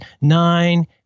nine